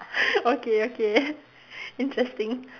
okay okay interesting